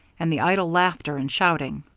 and the idle laughter and shouting.